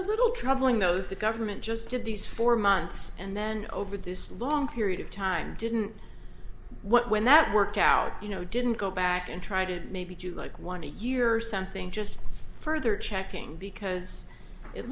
a little troubling though the government just did these four months and then over this long period of time didn't when that work out you know didn't go back and try to maybe do like one a year or something just further checking because it